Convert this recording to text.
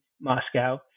Moscow